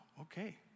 okay